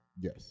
Yes